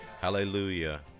Hallelujah